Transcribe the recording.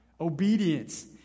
Obedience